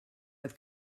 oedd